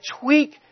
tweak